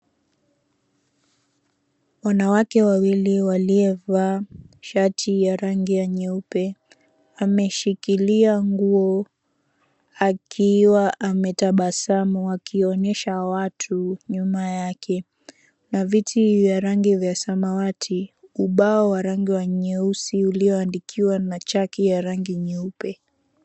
Wanawake wawili walievaa shati ya rangi ya nyeupe. Ameshikilia nguo, akiwa ametabasamu akionyesha watu nyuma yake. Na viti vya rangi vya samawati, ubao wa rangi wa nyeusi, ulioandikwa na chaki ya rangi nyeupe.